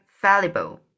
Valuable